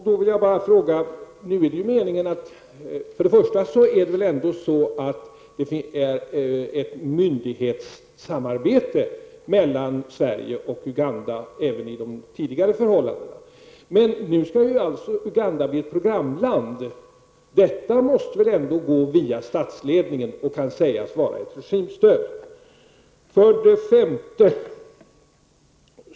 Det har väl även tidigare varit fråga om ett myndighetssamarbete mellan Sverige och Uganda. Men nu skall Uganda bli ett programland. Detta måste väl ändå gå via statsledningen, och det kan väl därför sägas vara ett regimstöd?